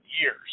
years